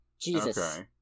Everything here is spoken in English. Jesus